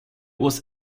was